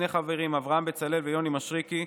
שני חברים: אברהם בצלאל ויוני משריקי,